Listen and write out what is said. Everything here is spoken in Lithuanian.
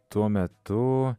tuo metu